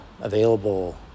available